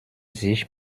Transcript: sich